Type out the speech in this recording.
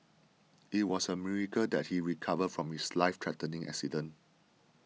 it was a miracle that he recovered from his life threatening accident